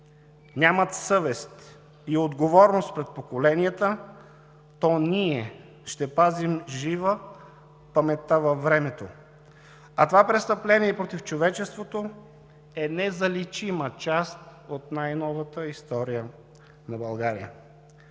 нямат съвест и отговорност пред поколенията, то ние ще пазим жива паметта във времето. А това престъпление срещу човечеството е незаличима част от най-новата история на България.